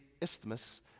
Isthmus